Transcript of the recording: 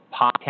Podcast